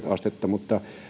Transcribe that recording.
astetta mutta